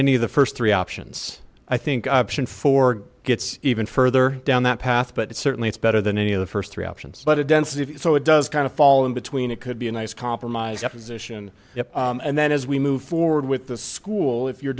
any of the first three options i think option four gets even further down that path but certainly it's better than any of the first three options but it density so it does kind of fall in between it could be a nice compromise position and then as we move forward with the school if you're